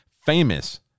famous